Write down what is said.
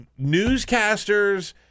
newscasters